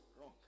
wrong